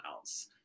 else